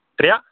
ترٛےٚ